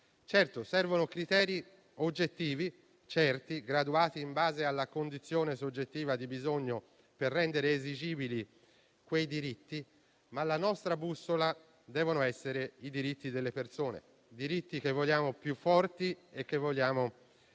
Servono criteri oggettivi, certi, graduati in base alla condizione soggettiva di bisogno, per rendere esigibili quei diritti; ma la nostra bussola devono essere i diritti delle persone. Diritti che vogliamo più forti e che vogliamo per